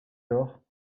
lors